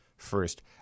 first